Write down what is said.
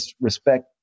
respect